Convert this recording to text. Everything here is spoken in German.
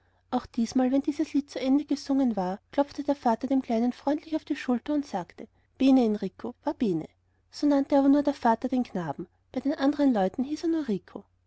auch jedesmal wenn dieses lied zu ende gesungen war klopfte der vater den kleinen freundlich auf die schulter und sagte bene encrico va bene so nannte aber nur der vater den knaben bei allen anderen leuten